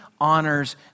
honors